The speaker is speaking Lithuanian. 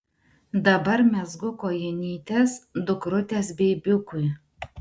dabar mezgu kojinytes dukrutės beibiukui